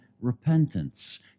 repentance